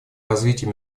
развитие